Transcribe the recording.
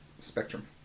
spectrum